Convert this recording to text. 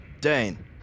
Dane